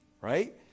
right